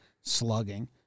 slugging